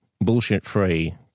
bullshit-free